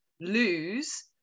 lose